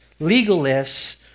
legalists